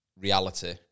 reality